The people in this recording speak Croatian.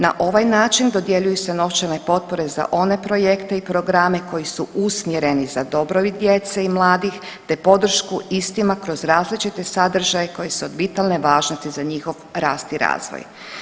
Na ovaj način dodjeljuju se novčane potpore za one projekte i programe koji su usmjereni za dobrobit djece i mladih te podršku istima kroz različite sadržaje koji su od vitalne važnosti za njihov rast i razvoj.